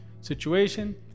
situation